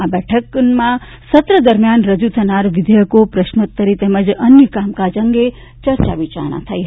આ બેઠકમાં સત્ર દરમિયાન રજુ થનારા વિધેયકો પ્રશ્નોતરી તેમજ અન્ય કામકાજ અંગે ચર્ચા વિચારણા થઇ હતી